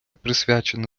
присвячена